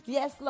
Yes